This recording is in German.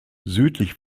südlich